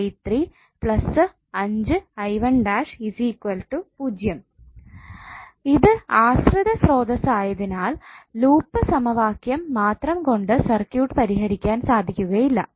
1050 ഇത് ആശ്രിത സ്രോതസ്സ് ആയതിനാൽ ലൂപ്പ് സമവാക്യം മാത്രം കൊണ്ട് സർക്യൂട്ട് പരിഹരിക്കാൻ സാധിക്കുകയില്ല